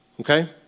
okay